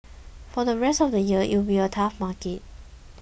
for the rest of the year it will be a tough market